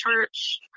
church